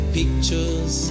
pictures